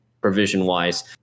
provision-wise